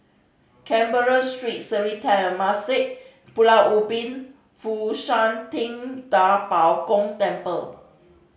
Canberra Street Sri Temasek Pulau Ubin Fo Shan Ting Da Bo Gong Temple